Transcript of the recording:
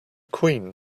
queen